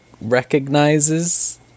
recognizes